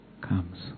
comes